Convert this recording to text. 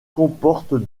comporte